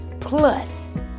Plus